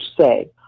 say